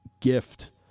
gift